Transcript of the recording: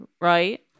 right